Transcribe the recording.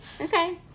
okay